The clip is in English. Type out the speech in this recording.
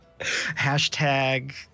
Hashtag